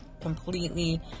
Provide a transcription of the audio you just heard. completely